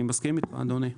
אני מסכים איתך, אדוני.